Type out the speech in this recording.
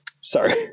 Sorry